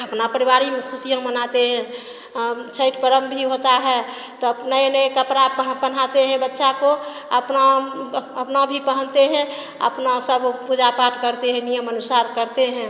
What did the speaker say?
अपना परिवारी में खुशियाँ मनाते हैं छठ पर्व भी होता है तब नए नए कपड़ा पहनाते हें बच्चा को अपना अपना भी पहनते हैं अपना सब पूजा पाठ करते हैं नियम अनुसार करते हैं